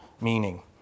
meaning